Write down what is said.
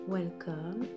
Welcome